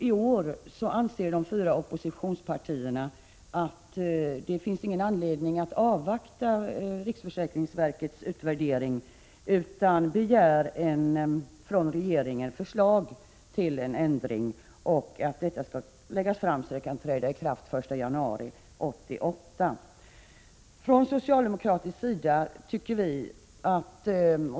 I år anser de fyra oppositionspartierna att det ej finns anledning att avvakta riksförsäkringsverkets utvärdering, utan de begär att regeringen lägger fram förslag till en ändring så att ändringen kan träda i kraft den 1 januari 1988.